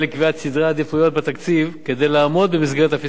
סדרי עדיפויות בתקציב כדי לעמוד במסגרת הפיסקלית